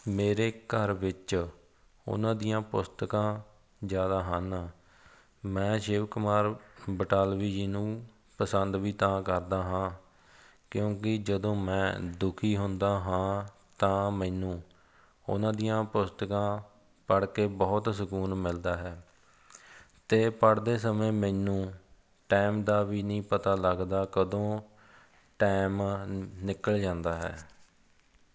ਮੇਰੇ ਘਰ ਵਿੱਚ ਉਹਨਾਂ ਦੀਆਂ ਪੁਸਤਕਾਂ ਜ਼ਿਆਦਾ ਹਨ ਮੈਂ ਸ਼ਿਵ ਕੁਮਾਰ ਬਟਾਲਵੀ ਜੀ ਨੂੰ ਪਸੰਦ ਵੀ ਤਾਂ ਕਰਦਾ ਹਾਂ ਕਿਉਂਕਿ ਜਦੋਂ ਮੈਂ ਦੁਖੀ ਹੁੰਦਾ ਹਾਂ ਤਾਂ ਮੈਨੂੰ ਉਹਨਾਂ ਦੀਆਂ ਪੁਸਤਕਾਂ ਪੜ੍ਹ ਕੇ ਬਹੁਤ ਸਕੂਨ ਮਿਲਦਾ ਹੈ ਅਤੇ ਪੜ੍ਹਦੇ ਸਮੇਂ ਮੈਨੂੰ ਟਾਈਮ ਦਾ ਵੀ ਨਹੀਂ ਪਤਾ ਲੱਗਦਾ ਕਦੋਂ ਟਾਈਮ ਨਿਕਲ ਜਾਂਦਾ ਹੈ